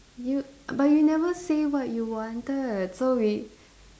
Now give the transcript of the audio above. you but you never say what you wanted so we